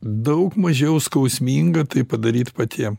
daug mažiau skausminga tai padaryt patiem